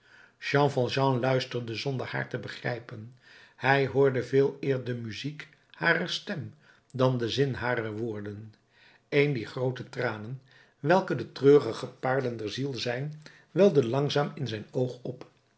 jean valjean luisterde zonder haar te begrijpen hij hoorde veeleer de muziek harer stem dan den zin harer woorden een dier groote tranen welke de treurige paarlen der ziel zijn welde langzaam in zijn oog op